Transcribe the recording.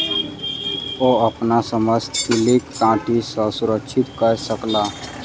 ओ अपन समस्त फसिलक कीट सॅ सुरक्षित कय सकला